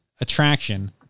attraction